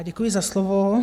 Děkuji za slovo.